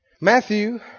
Matthew